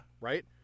Right